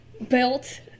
belt